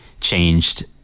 changed